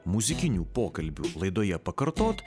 muzikinių pokalbių laidoje pakartot